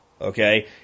okay